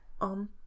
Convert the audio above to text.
On